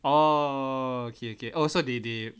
oh okay okay oh so they they